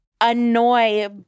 annoy